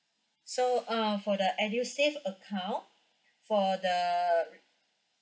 so uh for the edusave account for the